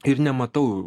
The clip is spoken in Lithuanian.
ir nematau